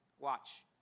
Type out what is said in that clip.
Watch